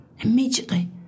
Immediately